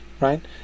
Right